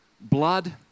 Blood